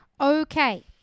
okay